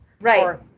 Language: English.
Right